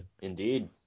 Indeed